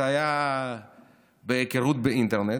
זה היה בהיכרות באינטרנט,